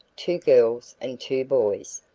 two girls and two boys,